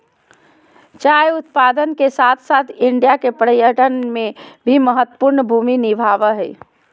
चाय उत्पादन के साथ साथ इंडिया के पर्यटन में भी महत्वपूर्ण भूमि निभाबय हइ